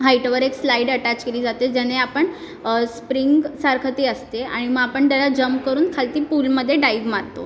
हाईटवर एक slide attach केली जाते ज्याने आपण स्प्रिंगसारखी ती असते आणि मग आपण त्याच्यात जंप करून खाली पूलमध्ये डाइव मारतो